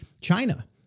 China